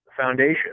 foundation